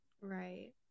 right